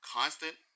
constant